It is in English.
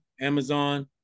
Amazon